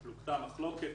פלוגתא, מחלוקת.